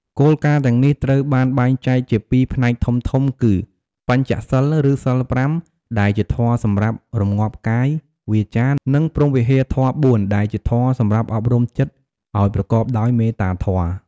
គោលការណ៍ទាំងនេះត្រូវបានបែងចែកជាពីរផ្នែកធំៗ គឺ បញ្ចសីល ឬ សីល ៥ ដែលជាធម៌សម្រាប់រម្ងាប់កាយ វាចា និង ព្រហ្មវិហារធម៌ ៤ ដែលជាធម៌សម្រាប់អប់រំចិត្តឲ្យប្រកបដោយមេត្តាធម៌។